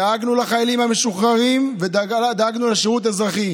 דאגנו לחיילים המשוחררים ודאגנו לשירות האזרחי.